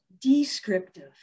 descriptive